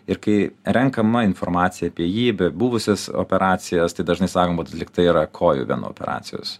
ir kai renkama informacija apie jį be buvusios operacijos tai dažnai sakoma lyg tai yra kojų venų operacijos